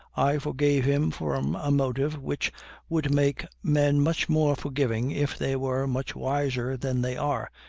i forgave him from a motive which would make men much more forgiving if they were much wiser than they are,